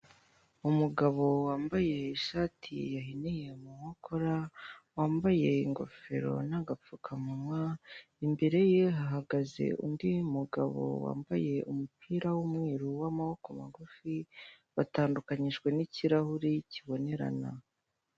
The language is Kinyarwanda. umugabo wambaye ishati yahiniye mu nkokora wambaye ingofero n'agapfukamunywa imbere ye hahagaze undi mugabo wambaye umupira w'umweru w'amaboko magufi batandukanyijwe n'ikirahure kibonerana.